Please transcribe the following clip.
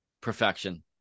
perfection